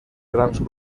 grans